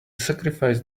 sacrifice